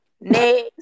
Next